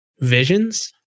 visions